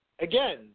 again